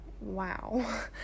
wow